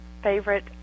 Favorite